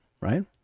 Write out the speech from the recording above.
right